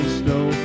snow